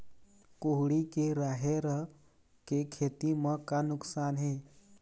कुहड़ी के राहेर के खेती म का नुकसान हे?